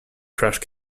crash